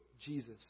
Jesus